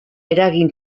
eragin